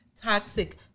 toxic